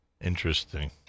Interesting